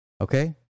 Okay